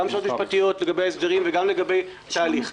שאלות משפטיות לגבי ההסדרים וגם לגבי התהליך.